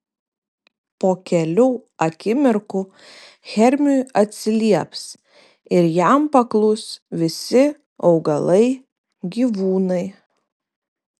po kelių akimirkų hermiui atsilieps ir jam paklus visi augalai gyvūnai